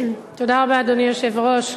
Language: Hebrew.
אדוני היושב-ראש,